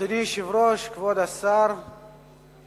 אדוני היושב-ראש, כבוד השרים,